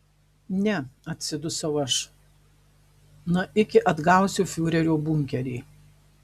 ne atsidusau aš na iki atgausiu fiurerio bunkerį